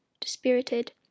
dispirited